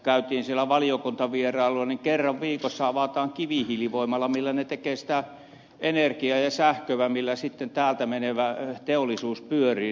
kävimme siellä valiokuntavierailulla kerran viikossa avataan kivihiilivoimala millä he tekevät sitä energiaa ja sähköä millä sitten täältä menevä teollisuus pyörii